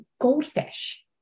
goldfish